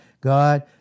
God